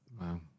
Wow